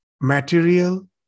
material